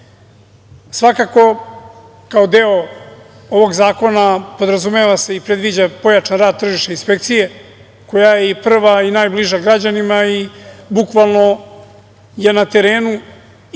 građana. Svakako, kao deo ovog zakona podrazumeva se i predviđa pojačan rad tržišne inspekcije koja je prva i najbliža građanima i bukvalno je na terenu i potreban